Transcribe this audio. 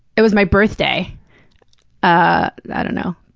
it was my birthday ah i don't know,